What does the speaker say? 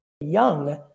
young